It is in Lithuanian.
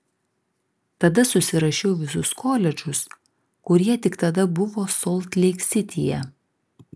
tada susirašiau visus koledžus kurie tik tada buvo solt leik sityje